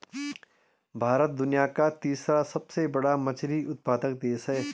भारत दुनिया का तीसरा सबसे बड़ा मछली उत्पादक देश है